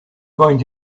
going